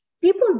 people